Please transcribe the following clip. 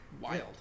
wild